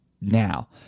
now